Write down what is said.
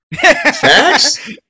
Facts